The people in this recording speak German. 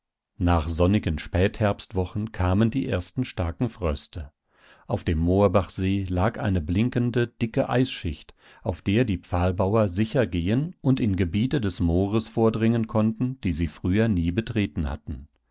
nach sonnigen spätherbstwochen kamen die ersten starken fröste auf dem moorbachsee lag eine blinkende dicke eisschicht auf der die pfahlbauer sicher gehen und in gebiete des moores vordringen konnten die sie früher nie betreten hatten